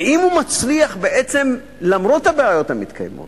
ואם הוא מצליח, בעצם, למרות הבעיות המתקיימות